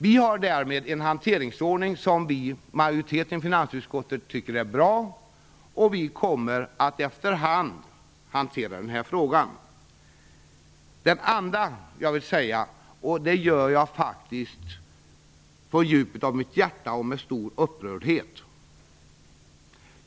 Vi har därmed en hanteringsordning som majoriteten i finansutskottet tycker är bra, och vi kommer efter hand att hantera den här frågan. Det andra jag vill säga kommer faktiskt från djupet av mitt hjärta och med stor upprördhet.